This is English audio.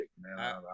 man